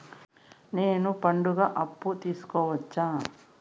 నేను పండుగ అప్పు తీసుకోవచ్చా?